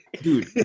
Dude